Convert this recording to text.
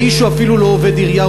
האיש הוא אפילו לא עובד עירייה,